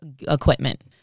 equipment